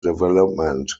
development